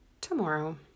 tomorrow